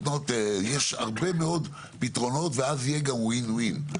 יש הרבה מאוד פתרונות ואז יהיה גם win win,